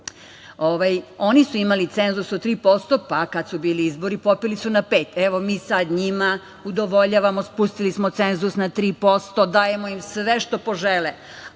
oni su imali cenzus od tri posto, a kad su bili izbori popeli su na pet. Evo, mi sada njima udovoljavamo, spustili smo cenzus na tri posto, dajemo im sve što požele,